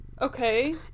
okay